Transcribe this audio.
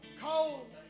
cold